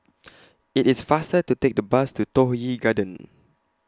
IT IS faster to Take The Bus to Toh Yi Garden